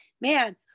man